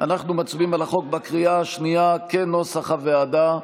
אנחנו מצביעים על החוק בקריאה השנייה כנוסח הוועדה.